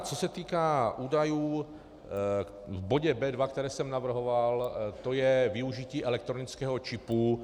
Co se týká údajů v bodě B2, které jsem navrhoval, to je využití elektronického čipu.